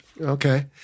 Okay